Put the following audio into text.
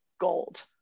gold